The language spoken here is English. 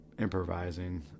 improvising